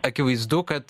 akivaizdu kad